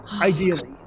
ideally